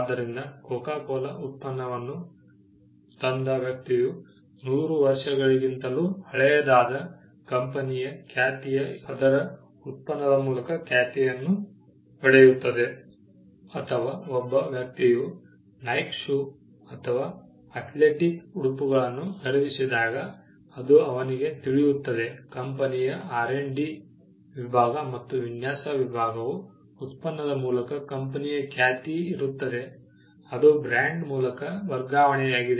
ಆದ್ದರಿಂದ Coca Cola ಉತ್ಪನ್ನವನ್ನು ತಂದ ವ್ಯಕ್ತಿಯು 100 ವರ್ಷಗಳಿಗಿಂತಲೂ ಹಳೆಯದಾದ ಕಂಪನಿಯ ಖ್ಯಾತಿಯು ಅದರ ಉತ್ಪನ್ನದ ಮೂಲಕ ಖ್ಯಾತಿಯನ್ನು ಪಡೆಯುತ್ತದೆ ಅಥವಾ ಒಬ್ಬ ವ್ಯಕ್ತಿಯು ನೈಕ್ ಶೂ ಅಥವಾ ಅಥ್ಲೆಟಿಕ್ ಉಡುಪುಗಳನ್ನು ಖರೀದಿಸಿದಾಗ ಅದು ಅವನಿಗೆ ತಿಳಿಯುತ್ತದೆ ಕಂಪನಿಯ ಆರ್ ಡಿRD ವಿಭಾಗ ಮತ್ತು ವಿನ್ಯಾಸ ವಿಭಾಗವು ಉತ್ಪನ್ನದ ಮೂಲಕ ಕಂಪನಿಯ ಖ್ಯಾತಿ ಇರುತ್ತದೆ ಅದು ಬ್ರಾಂಡ್ ಮೂಲಕ ವರ್ಗಾವಣೆಯಾಗಿದೆ